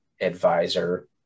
advisor